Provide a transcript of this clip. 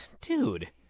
dude